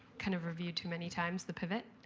kind of reviewed too many times the pivot.